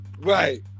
Right